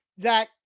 Zach